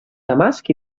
damasc